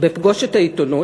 ב"פגוש את העיתונות",